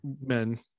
men